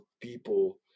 people